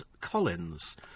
Collins